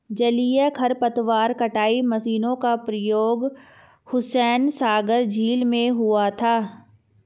जलीय खरपतवार कटाई मशीन का प्रयोग हुसैनसागर झील में हुआ था